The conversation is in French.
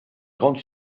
grande